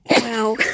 Wow